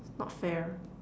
not fair